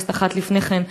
כנסת אחת לפני כן,